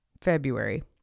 February